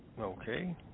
Okay